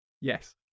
Yes